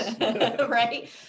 Right